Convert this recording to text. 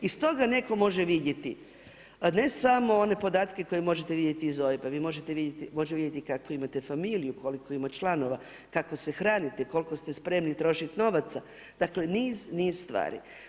Iz toga neko može vidjeti ne samo one podatke koje možete vidjeti iz OIB-a, vi možete vidjeti kakvu imate familiju, koliko ima članova, kako se hranite, koliko ste spremni trošiti novaca, dakle, niz, niz stvari.